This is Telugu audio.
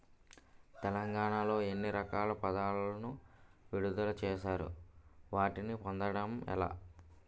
తెలంగాణ లో ఎన్ని రకాల పథకాలను విడుదల చేశారు? వాటిని పొందడం ఎలా?